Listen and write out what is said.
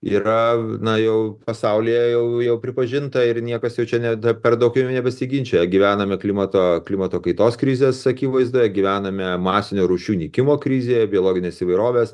yra na jau pasaulyje jau jau pripažinta ir niekas jau čia ne dar per daug jau nebesiginčija gyvename klimato klimato kaitos krizės akivaizdoje gyvename masinio rūšių nykimo krizėje biologinės įvairovės